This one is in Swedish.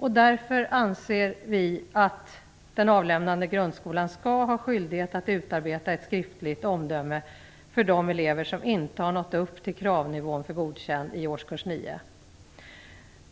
Vi anser därför att den avlämnande grundskolan skall ha skyldighet att utarbeta ett skriftligt omdöme för de elever som inte har nått upp till kravnivån för Godkänd i årskurs 9.